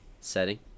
setting